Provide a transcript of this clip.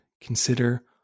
consider